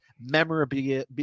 memorabilia